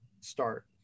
start